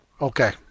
Okay